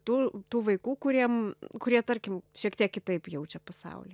tų vaikų kuriem kurie tarkim šiek tiek kitaip jaučia pasaulį